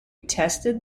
tested